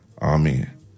Amen